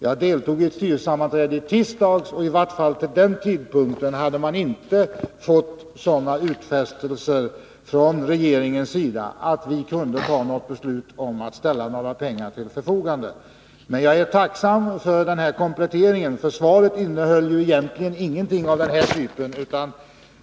Jag deltog i ett styrelsesammanträde i tisdags, och vid den tidpunkten hade man inte fått sådana utfästelser från regeringens sida att vi kunde ta något beslut om att ställa pengar till förfogande. Jag är som sagt tacksam för kompletteringen, eftersom frågesvaret egentligen inte innehöll några besked av den här typen.